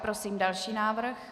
Prosím další návrh.